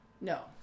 No